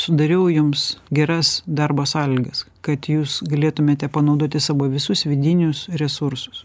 sudariau jums geras darbo sąlygas kad jūs galėtumėte panaudoti savo visus vidinius resursus